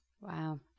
Wow